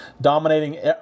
dominating